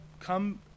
come